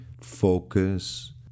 focus